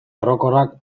orokorrak